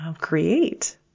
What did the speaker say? create